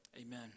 Amen